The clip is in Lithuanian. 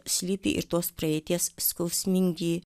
slypi ir tos praeities skausmingi